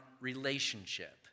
relationship